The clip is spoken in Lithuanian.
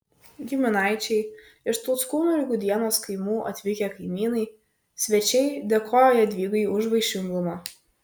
giminaičiai iš tauckūnų ir gudienos kaimų atvykę kaimynai svečiai dėkojo jadvygai už vaišingumą